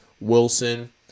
Wilson